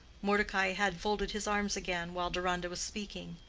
mordecai had folded his arms again while deronda was speaking,